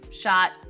shot